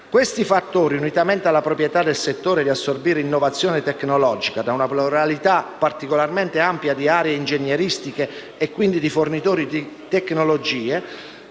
Questi fattori, unitamente alla proprietà del settore di assorbire innovazione tecnologica da una pluralità particolarmente ampia di aree ingegneristiche, e quindi di fornitori di tecnologie,